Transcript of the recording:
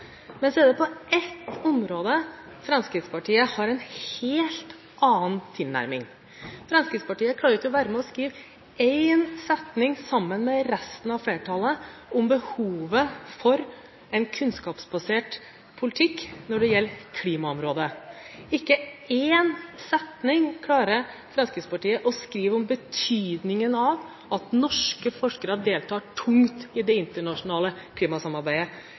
Men på ett område har Fremskrittspartiet en helt annen tilnærming: Fremskrittspartiet klarer ikke å være med og skrive én setning sammen med resten av flertallet om behovet for en kunnskapsbasert politikk på klimaområdet. Ikke én setning klarer Fremskrittspartiet å skrive om betydningen av at norske forskere deltar tungt i det internasjonale klimasamarbeidet.